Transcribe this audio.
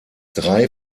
drei